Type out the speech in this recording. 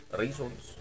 reasons